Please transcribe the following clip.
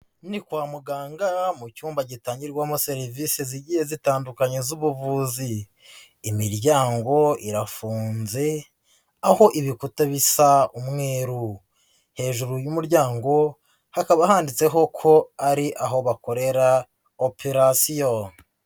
Ni kwa muganga mu cyumba gitangirwamo serivisi zigiye zitandukanye z'ubuvuzi. Imiryango irafunze, aho ibikuta bisa umweru. Hejuru y'umuryango hakaba handitseho ko ari aho bakorera operation.